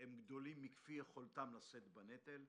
הם גדולים מכפי יכולתן לשאת בנטל.